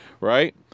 right